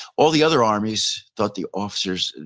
all the other armies thought the officers,